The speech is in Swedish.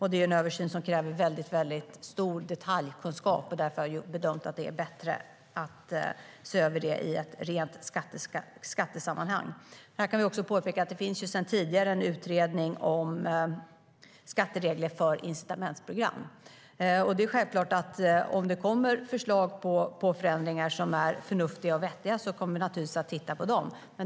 Det är en översyn som kräver väldigt stor detaljkunskap, och därför har vi bedömt att det är bättre att se över det i ett rent skattesammanhang. Här kan vi också påpeka att det sedan tidigare finns en utredning om skatteregler för incitamentsprogram, och det är självklart att om det kommer förslag på förändringar som är förnuftiga och vettiga kommer vi att titta på dem.